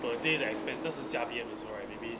per day the expenses 是加边 also right maybe